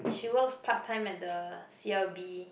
she works part time at the C_L_B